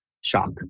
shock